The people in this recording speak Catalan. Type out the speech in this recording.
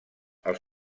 els